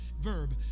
verb